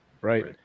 Right